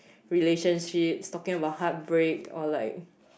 relationships talking about heartbreak or like